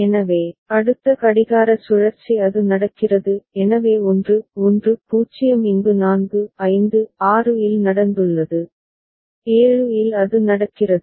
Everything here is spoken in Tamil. எனவே அடுத்த கடிகார சுழற்சி அது நடக்கிறது எனவே 1 1 0 இங்கு 4 5 6 இல் நடந்துள்ளது 7 இல் அது நடக்கிறது